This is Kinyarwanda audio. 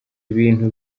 ibintu